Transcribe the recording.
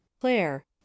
claire